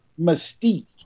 mystique